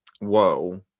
Whoa